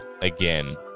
again